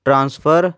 transfer